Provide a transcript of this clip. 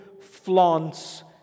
flaunts